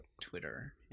Twitter